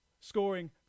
scoring